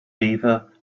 fever